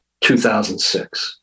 2006